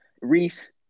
reese